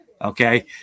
okay